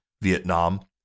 Vietnam